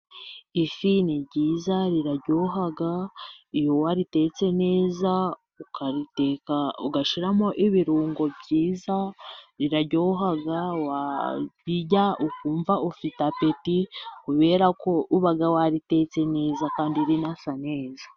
Ifi ni nziza iraryoha, iyo wayitetse neza ukayiteka ugashyiramo ibirungo byiza iraryoha, wabirya ukumva ufite apeti kubera ko uba waritetse neza kandi isa neza.